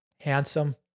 handsome